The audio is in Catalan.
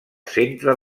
centre